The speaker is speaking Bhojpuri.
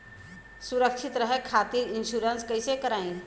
सुरक्षित रहे खातीर इन्शुरन्स कईसे करायी?